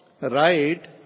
Right